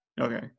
Okay